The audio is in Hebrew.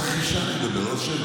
על מס רכישה אני מדבר, לא שבח.